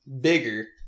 bigger